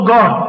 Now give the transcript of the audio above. God